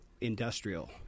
industrial